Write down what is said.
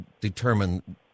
determine